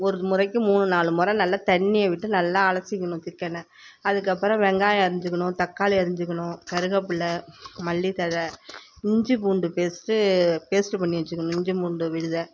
ஒரு முறைக்கு மூணு நாலு முறை நல்லா தண்ணியை விட்டு நல்லா அழசிக்கிணும் சிக்கனை அதுக்கப்புறம் வெங்காயம் அறிஞ்சிக்கணும் தக்காளி அறிஞ்சிக்கணும் கருகப்பில்ல மல்லித்தழை இஞ்சி பூண்டு பேஸ்ட்டு பேஸ்ட்டு பண்ணி வெச்சுக்குணும் இஞ்சி மூண்டு விழுதை